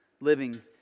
living